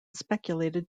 speculated